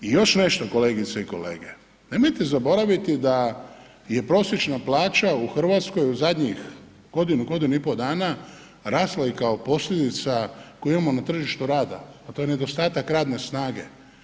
I još nešto kolegice i kolege, nemojte zaboraviti da je prosječna plaća u Hrvatskoj u zadnjih godinu, godinu i pol dana rasla i kao posljedica koju imamo na tržištu rada, a to je nedostatak radne snage.